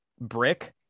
brick